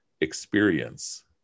experience